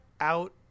out